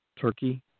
Turkey